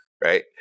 right